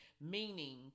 meaning